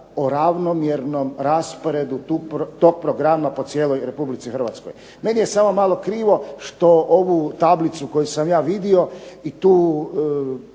o ravnomjernom rasporedu tog programa po cijeloj Republici Hrvatskoj. Meni je samo malo krivo što ovu tablicu koju sam ja vidio i tu